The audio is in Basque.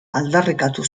aldarrikatu